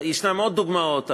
ישנן עוד דוגמאות,